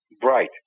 bright